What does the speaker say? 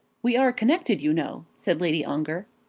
we are connected, you know, said lady ongar.